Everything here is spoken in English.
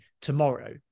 tomorrow